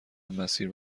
مسیر